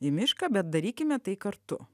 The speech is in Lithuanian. į mišką bet darykime tai kartu